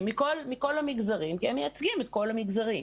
מכל המגזרים כי הם מייצגים את כל המגזרים.